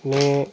ने